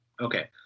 okay